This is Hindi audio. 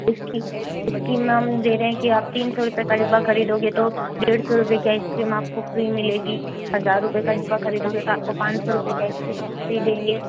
स्कीम में हम दे रहे हैं कि आप तीन सौ रूपये का डिब्बा खरीदोंगे तो डेढ़ सौ रूपये की आइसक्रीम आपको फ्री मिलेंगी हज़ार रूपये का डिब्बा खरीदोंगे तो आपको पाँच सौ रूपये की आइसक्रीम हम फ्री देंगे